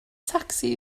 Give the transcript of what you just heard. tacsi